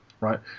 right